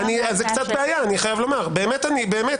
אני שומר גם לעצמי את הזכות הזאת.